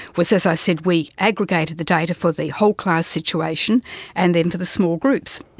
was, as i said, we aggregated the data for the whole-class situation and then for the small groups.